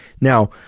Now